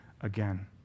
again